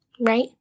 right